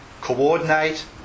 coordinate